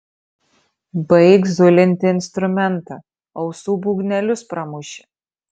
baik zulinti instrumentą ausų būgnelius pramuši